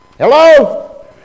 Hello